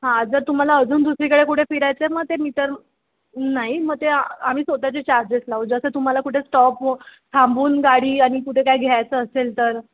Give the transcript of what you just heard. हां जर तुम्हाला अजून दुसरीकडे कुठे फिरायचं आहे मग ते मीटर नाही मग ते आम्ही स्वतःचे चार्जेस लावू जसं तुम्हाला कुठे स्टॉप थांबवून गाडी आणि कुठे काय घ्यायचं असेल तर